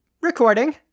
recording